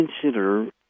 consider